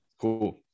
Cool